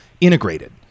integrated